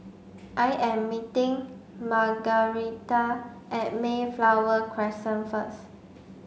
I am meeting Margaretha at Mayflower Crescent first